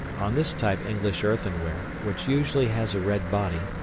on this type english earthenware, which usually has a red body,